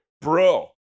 bro